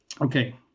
okay